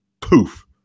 poof